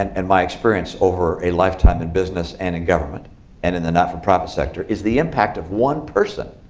and and my experience over a lifetime in business and in government and in the not-for-profit sector is the impact of one person